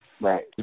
Right